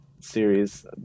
series